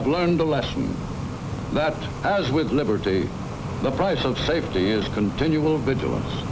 have learned a lesson that as with liberty the price of safety is continual vigilance